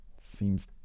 Seems